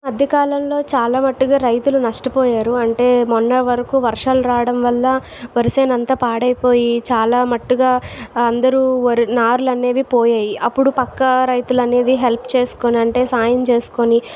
వర్షకాలంలో చాలా మట్టుగా రైతులు నష్టపోయారు అంటే మొన్న వరకు వర్షాలు రావడం వల్ల వరిచేను అంత పాడైపోయి చాలా మట్టుగా అందరూ వారి నార్లలనేవి పోయాయి అప్పుడు పక్క రైతులనేది హెల్ప్ చేసుకొని అంటే సాయం చేసుకుని